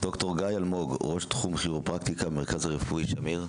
ד"ר גיא אלמוג ראש תחום כירופרקטיקה במרכז הרפואי שמיר.